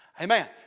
Amen